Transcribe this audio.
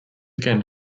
again